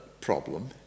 problem